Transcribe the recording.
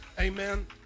Amen